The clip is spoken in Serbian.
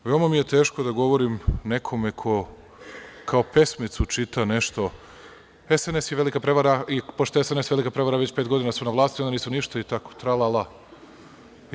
Veoma mi je teško da govorim nekome ko, kao pesmicu, čita nešto - SNS je velika prevara i pošto je SNS velika prevara, već pet godina su na vlasti, oni nisu ništa i tako tra-la-la.